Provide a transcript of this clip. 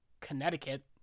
Connecticut